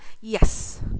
yes